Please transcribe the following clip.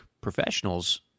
professionals